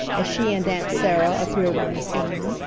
as she and aunt sarah appeared on the scene.